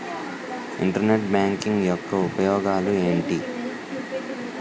Internet banking యెక్క ఉపయోగాలు ఎంటి?